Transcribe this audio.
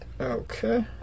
okay